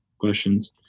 questions